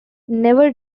never